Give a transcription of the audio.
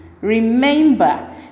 remember